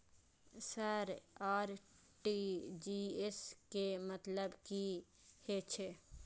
Sir RTGS के मतलब की हे छे?